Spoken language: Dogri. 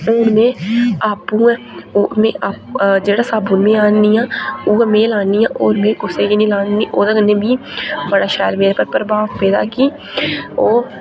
हून में आपूं मे जेह्ड़ा साबन में लान्नी आं उ ऐ में लान्नी आं और में कुसै गी लान्नी ओह्दे कन्नै मिं बड़ा शैल प्रबाव पेदा ऐ की ओह्